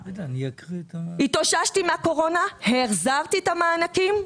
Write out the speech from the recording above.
התאוששתי מהקורונה, החזרתי את המענקים.